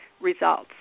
results